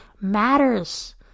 matters